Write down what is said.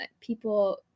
people